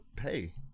Hey